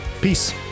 Peace